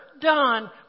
done